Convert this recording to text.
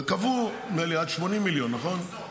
קבעו, נדמה לי, עד 80 מיליון, נכון?